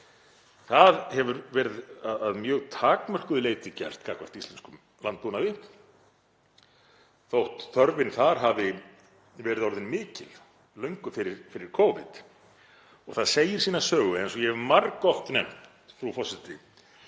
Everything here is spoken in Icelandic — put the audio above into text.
Það hefur verið að mjög takmörkuðu leyti gert gagnvart íslenskum landbúnaði þótt þörfin þar hafi verið orðin mikil löngu fyrir Covid. Það segir sína sögu, eins og ég hef margoft nefnt, frú forseti,